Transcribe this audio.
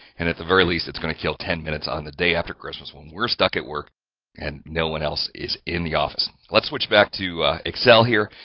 and at the very least, it's going to kill ten minutes on the day after christmas when we're stuck at work and no one else is in the office. let's switch back to excel here.